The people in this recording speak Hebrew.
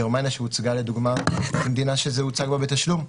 גרמניה הוצגה לדוגמה כמדינה שזה הוצג בה בתשלום.